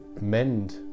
mend